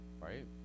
right